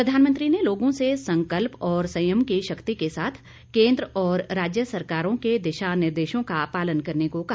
प्रधानमंत्री ने लोगों से संकल्प और संयम की शक्ति के साथ केन्द्र और राज्य सरकारों के दिशा निर्देशों का पालन करने को कहा